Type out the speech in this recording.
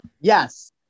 Yes